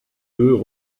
deux